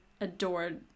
adored